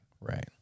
Right